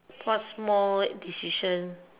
what small decision